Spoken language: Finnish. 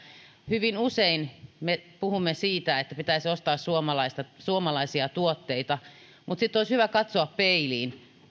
hyvin usein me puhumme siitä että pitäisi ostaa suomalaisia tuotteita mutta sitten olisi hyvä katsoa peiliin